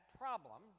problem